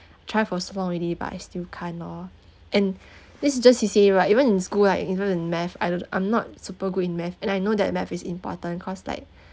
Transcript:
try for so long already but I still can't loh and this just C_C_A right even in school like even in math I don't I'm not super good in math and I know that math is important cause like